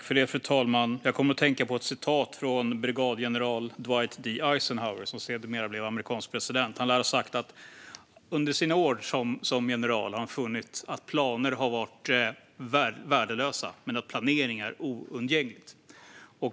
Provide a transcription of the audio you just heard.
Fru talman! Jag kommer att tänka på ett citat från brigadgeneral Dwight D Eisenhower, som sedermera blev amerikansk president. Han lär ha sagt att han under sina år som general funnit att planer är värdelösa men att planering är oundgänglig.